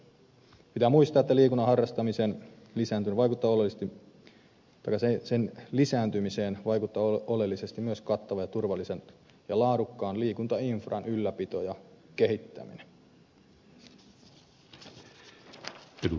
pitää muistaa että liikunnan harrastamisen lisääntymiseen vaikuttaa oleellisesti myös kattavan ja turvallisen ja laadukkaan liikuntainfran ylläpito ja kehittäminen